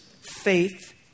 faith